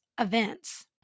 events